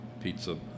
pizza